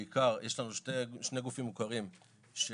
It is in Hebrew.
בעיקר יש לנו שני גופים מוכרים שמפעילים